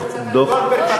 איזה, דוח גולדברג?